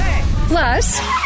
Plus